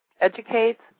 educates